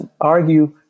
argue